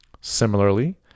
Similarly